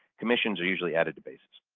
commissions are usually added to bases.